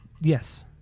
yes